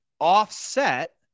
offset